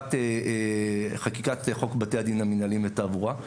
לקראת חקיקת חוק בתי הדין המנהליים לתעבורה,